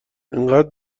انقدر